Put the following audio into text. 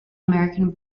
american